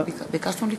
לא.